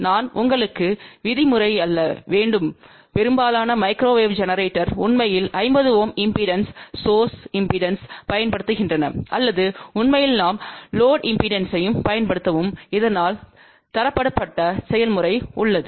நான் உங்களுக்குச் விதிமுறைல வேண்டும் பெரும்பாலான மைக்ரோவேவ் ஜெனரேட்டர்கள் உண்மையில் 50 Ω இம்பெடன்ஸ் சோர்ஸ் இம்பெடன்ஸ்ப் பயன்படுத்துகின்றன அல்லது உண்மையில் நாம் லோடு இம்பெடன்ஸ்பையும் பயன்படுத்தவும் இதனால் தரப்படுத்தப்பட்ட செயல்முறை உள்ளது